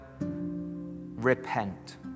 repent